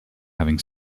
having